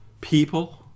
People